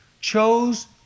chose